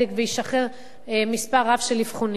וישחרר מספר רב של אבחונים.